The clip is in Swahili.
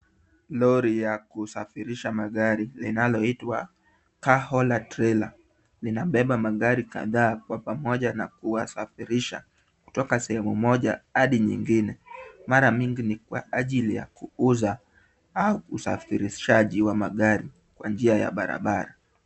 Lori ya kusafirisha amagari linaloitwa Carholder Trellar, linabeba magari kadhaa kwa pamoja na kuwasafirisha kutoka sehemu moja hadi nyingine, mara mingi ni kwa ajili ya kuuza au usafirishaji wa magari kwa njia ya barabara